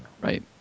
Right